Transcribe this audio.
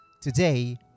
Today